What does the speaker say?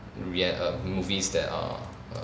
rea~ err movies that are err